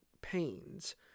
pains